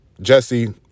Jesse